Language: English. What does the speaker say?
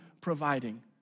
providing